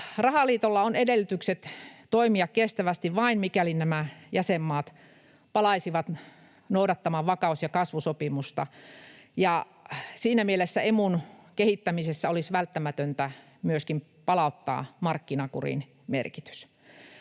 rahaliitolla on edellytykset toimia kestävästi vain, mikäli nämä jäsenmaat palaavat noudattamaan vakaus- ja kasvusopimusta. Siinä mielessä Emun kehittämisessä olisi välttämätöntä myöskin palauttaa markkinakurin merkitys.